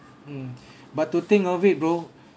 mm but to think of it bro